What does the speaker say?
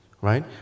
right